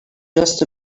just